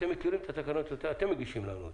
אתם מכירים את התקנות, אתם מגישים לנו אותן.